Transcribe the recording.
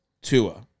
Tua